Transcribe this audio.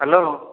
hello